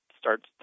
starts